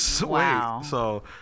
Wow